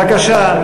בבקשה,